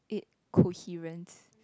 it coherent